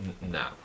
No